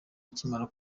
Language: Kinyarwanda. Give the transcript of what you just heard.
akimara